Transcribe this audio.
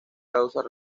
causas